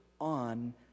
on